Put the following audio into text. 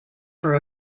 for